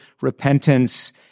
repentance